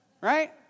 right